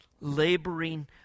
laboring